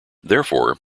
therefore